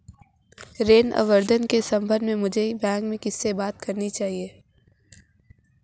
ऋण आवेदन के संबंध में मुझे बैंक में किससे बात करनी चाहिए?